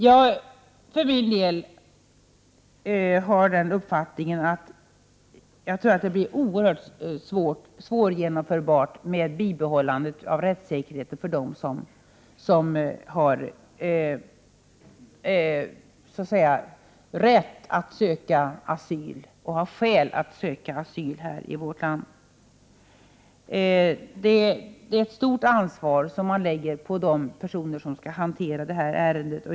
Jag för min del har uppfattningen att det blir oerhört svårt att genomföra vad som här föreslås om man samtidigt vill bibehålla rättssäkerheten för dem som har rätt, och även skäl, att söka asyl i vårt land. Det är ett stort ansvar som läggs på de personer som har att hantera sådana här ärenden.